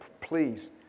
Please